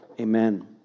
amen